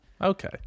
Okay